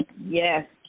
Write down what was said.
Yes